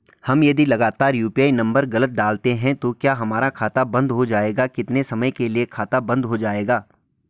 हम यदि लगातार यु.पी.आई नम्बर गलत डालते हैं तो क्या हमारा खाता बन्द हो जाएगा कितने समय के लिए खाता बन्द हो जाएगा?